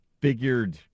figured